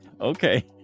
Okay